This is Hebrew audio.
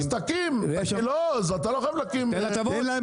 אז אתה לא חייב להקים --- תן להם